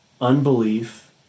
unbelief